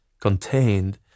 contained